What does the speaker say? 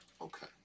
Okay